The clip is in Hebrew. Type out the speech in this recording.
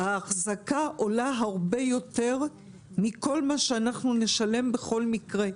האחזקה עולה הרבה יותר מכל מה שאנחנו נשלם בכל מקרה.